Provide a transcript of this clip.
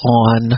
on